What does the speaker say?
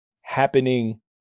happening